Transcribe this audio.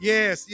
Yes